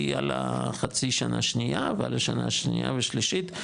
היא על החצי שנה השנייה ועל השנה השנייה ושלישית,